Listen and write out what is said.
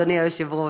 אדוני היושב-ראש,